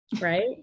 Right